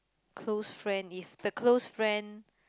close friend if the close friend